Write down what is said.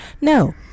no